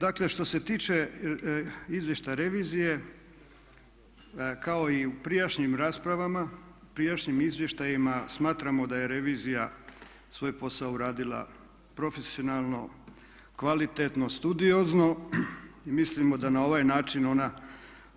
Dakle, što se tiče izvještaja revizije kao i u prijašnjim raspravama, prijašnjim izvještajima smatramo da je revizija svoj posao uradila profesionalno, kvalitetno, studiozno i mislimo da na ovaj način ona